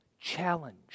challenge